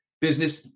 business